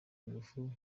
nguvu